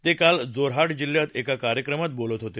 ते काल जोरहाट जिल्ह्यात एका कार्यक्रमात बोलत होते